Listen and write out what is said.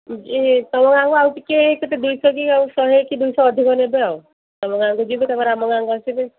ଏଇ ତମ ଗାଁକୁ ଆଉ ଟିକେ ଏଇ କେତେ ଦୁଇ ଶହ କି ଆଉ ଶହେ କି ଦୁଇ ଶହ ଅଧିକ ନେବେ ଆଉ ତମ ଗାଁକୁ ଯିବେ ତା'ପରେ ଆମ ଗାଁକୁ ଆସିବେ